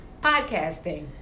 Podcasting